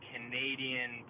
Canadian